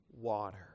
water